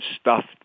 stuffed